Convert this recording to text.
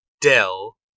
Dell